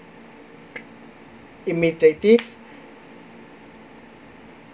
imitative